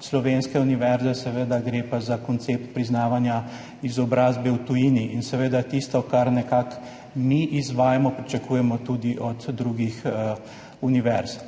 slovenskih univerz. Gre pa za koncept priznavanja izobrazbe v tujini. Seveda tisto, kar mi izvajamo, pričakujemo tudi od drugih univerz.